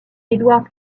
eduard